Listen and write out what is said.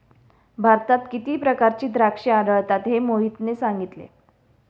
भारतात किती प्रकारची द्राक्षे आढळतात हे मोहितने सांगितले